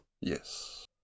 Yes